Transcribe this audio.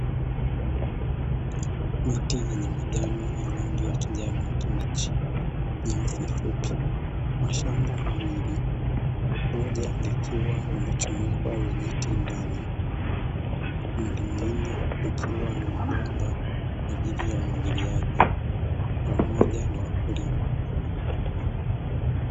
Miti yenye majani ya rangi yakijani kibichi, nyasi fupi, mashamba mawili, moja likiwa limechomekwa vijiti ndani na lingine likiwa na mabomba kwa ajili ya umwagiliaji pamoja na wakulima.